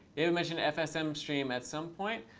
you mentioned fsm stream at some point.